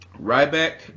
Ryback